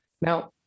Now